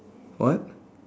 what